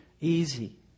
easy